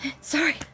Sorry